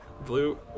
Blue